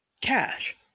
cash